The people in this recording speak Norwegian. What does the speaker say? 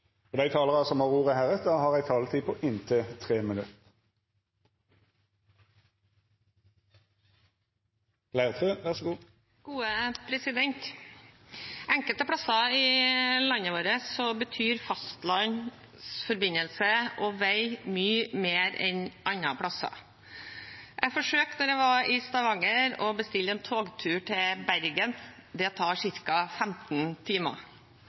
Dei talarane som heretter får ordet, har ei taletid på inntil 3 minutt. Enkelte steder i landet vårt betyr fastlandsforbindelse og vei mye mer enn andre steder. Da jeg var i Stavanger, forsøkte jeg å bestille en togtur til Bergen. Det tar ca. 15